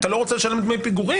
אתה לא רוצה לשלם דמי פיגורים?